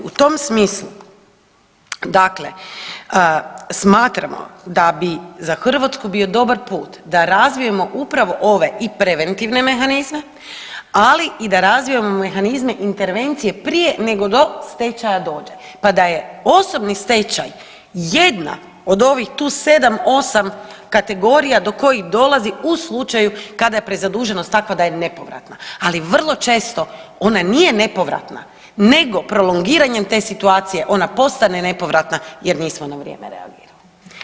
U tom smislu, dakle smatramo da bi za Hrvatsku bio dobar put da razvijamo upravo ove i preventivne mehanizme, ali i da razvijamo mehanizme intervencije prije nego što do stečaja dođe, pa da je osobni stečaj jedna od ovih tu 7-8 kategorija do kojih dolazi u slučaju kada je prezaduženost takva da je nepovratna, ali vrlo često ona nije nepovratna nego prolongiranjem te situacije ona postane nepovratna jer nismo na vrijeme reagirali.